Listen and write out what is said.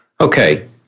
Okay